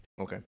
Okay